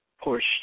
portion